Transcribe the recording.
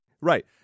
Right